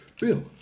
Bill